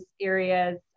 areas